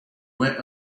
went